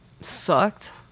sucked